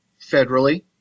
federally